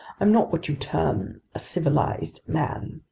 i'm not what you term a civilized man!